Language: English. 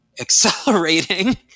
accelerating